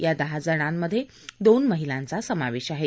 या दहा जणांमध्ये दोन महिलांचा समावेश आहे